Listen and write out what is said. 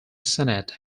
senate